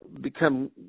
become